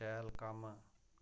शैल कम्म